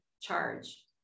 charge